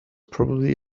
probably